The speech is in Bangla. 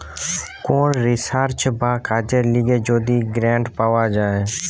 কোন রিসার্চ বা কাজের লিগে যদি গ্রান্ট পাওয়া যায়